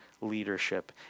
leadership